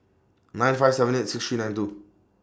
nine five seven eight six three nine two